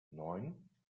neun